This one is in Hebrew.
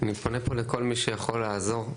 אני מתפלל פה לכל מי שיכול לעזור.